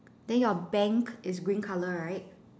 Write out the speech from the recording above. then your bank is green colour right